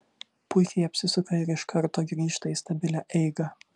puikiai apsisuka ir iš karto grįžta į stabilią eigą